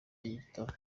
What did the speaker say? igitabo